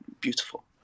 beautiful